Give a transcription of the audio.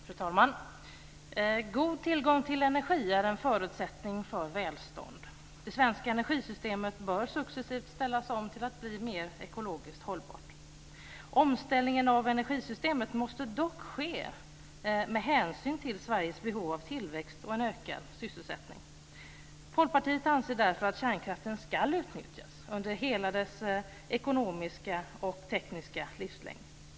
Fru talman! God tillgång till energi är en förutsättning för välstånd. Det svenska energisystemet bör successivt ställas om till att bli mer ekologiskt hållbart. Omställningen av energisystemet måste dock ske med hänsyn till Sveriges behov av tillväxt och en ökad sysselsättning. Folkpartiet anser därför att kärnkraften ska utnyttjas under hela dess ekonomiska och tekniska livslängd.